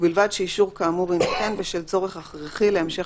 ובלבד שאישור כאמור יינתן בשל צורך הכרחי להמשך